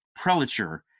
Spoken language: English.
prelature